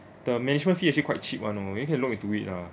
the management fee actually quite cheap [one] um you can look into it lah